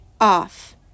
off